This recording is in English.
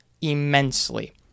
immensely